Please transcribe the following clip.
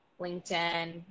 LinkedIn